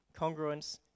congruence